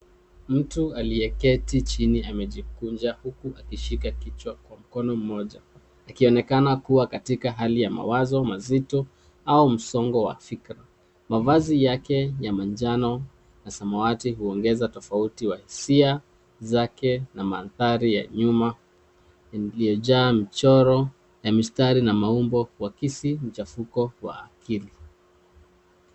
Mtu aliyeketi chini amejikunja huku akishika kichwa kwa mkono mmoja, akionekana kuwa katika hali ya mawazo mazito au msongo wa fikra. Mavazi yake ya manjano na samawati huongeza tofauti wa hisia zake na mandhari ya nyuma iliyojaa michoro ya mistari na maumbo wa kisi mchafuko wa akili.